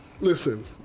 listen